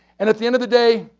and at the end of the day,